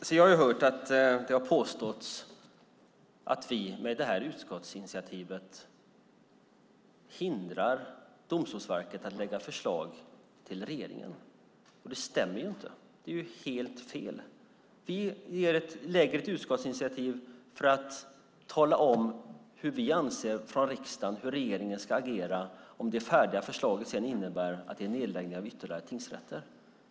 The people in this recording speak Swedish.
Fru talman! Det har påståtts att vi med det här utskottsinitiativet hindrar Domstolsverket att lägga fram förslag till regeringen. Det stämmer inte. Det är helt fel. Vi lägger fram ett utskottsinitiativ för att tala om hur riksdagen anser att regeringen ska agera om det färdiga förslaget innebär nedläggningar av ytterligare tingsrätter.